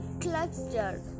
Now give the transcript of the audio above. cluster